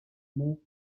monts